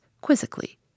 quizzically